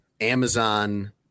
Amazon